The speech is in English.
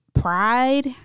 pride